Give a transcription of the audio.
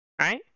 Right